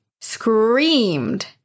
screamed